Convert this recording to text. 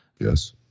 Yes